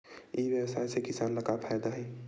ई व्यवसाय से किसान ला का फ़ायदा हे?